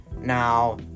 Now